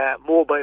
mobile